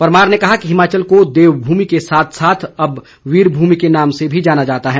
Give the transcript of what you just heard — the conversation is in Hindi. परमार ने कहा कि हिमाचल को देव भूमि के साथ साथ अब वीरभूमि के नाम से भी जाना जाता है